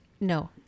No